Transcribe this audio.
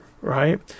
right